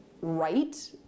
right